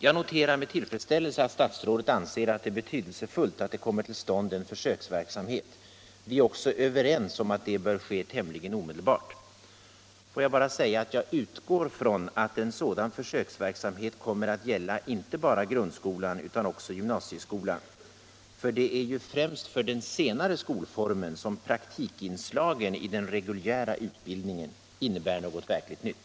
Jag noterar med tillfredsställelse att statsrådet anser det betydelsefullt att en försöksverksamhet kommer till stånd. Vi är också överens om att det bör ske tämligen omedelbart. Får jag bara säga att jag utgår från att en sådan försöksverksamhet kommer att gälla inte bara grundskolan utan också gymnasieskolan. Det är ju främst för den senare skolformen som praktikinslagen i den reguljära utbildningen innebär något verkligt nytt.